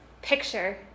picture